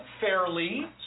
fairly